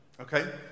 Okay